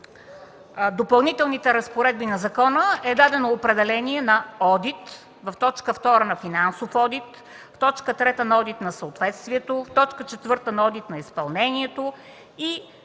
Допълнителните разпоредби на закона е дадено определение на „одит”, в т. 2 – на „финансов одит”, в т. 3 на „одит на съответствието”, в т. 4 на „одит на изпълнението” и